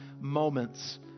moments